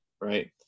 Right